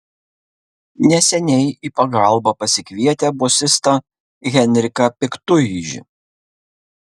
neseniai į pagalbą pasikvietę bosistą henriką piktuižį